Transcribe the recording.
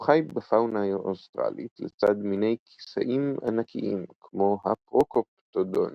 הוא חי בפאונה האוסטרלית לצד מיני כיסאים ענקיים כמו הפרוקופטודון